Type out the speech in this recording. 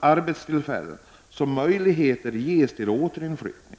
arbeten, så att möjligheter ges till återinflyttning.